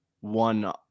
one